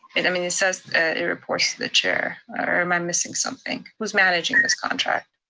and i mean it says it reports to the chair, or am i missing something? who's managing this contract?